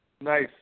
Nice